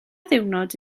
ddiwrnod